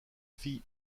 fille